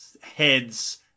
heads